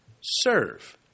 serve